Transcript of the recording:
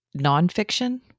nonfiction